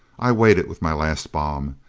i waited with my last bomb.